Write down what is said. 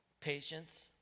patience